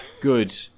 Good